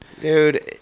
Dude